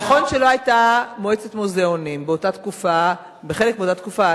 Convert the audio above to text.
נכון שלא היתה מועצת מוזיאונים בחלק מאותה תקופה,